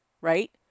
right